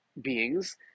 beings